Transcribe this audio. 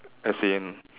as in